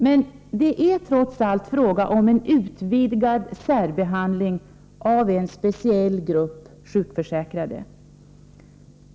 Men det är trots allt fråga om en utvidgad särbehandling av en speciell grupp sjukförsäkrade.